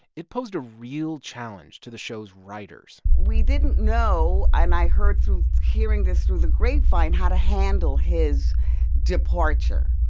it posed a real challenge to the show's writers we didn't know. and i heard through hearing this through the grapevine how to handle his departure.